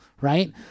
right